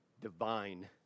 divine